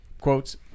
quotes